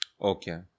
Okay